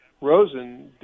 Rosen